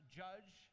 judge